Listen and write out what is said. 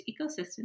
ecosystem